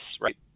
Right